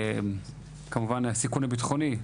את כמובן הסיכון הביטחוני.